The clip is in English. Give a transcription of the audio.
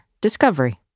Discovery